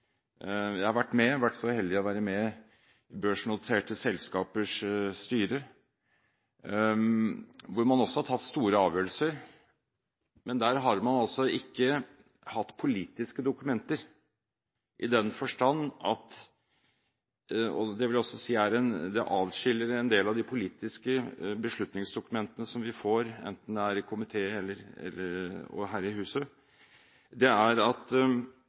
Jeg har vært så heldig å være med i børsnoterte selskapers styrer, hvor man også har tatt store avgjørelser. Men der har man ikke hatt politiske dokumenter i den forstand, og jeg vil si at det adskiller dem fra en del av de politiske beslutningsdokumentene som vi får – enten det er i komité eller ellers her i huset